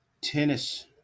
tennis